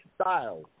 style